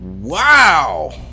Wow